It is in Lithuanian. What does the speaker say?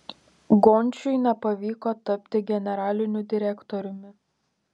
gončiui nepavyko tapti generaliniu direktoriumi